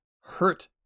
hurt